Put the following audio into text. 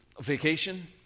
Vacation